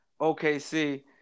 OKC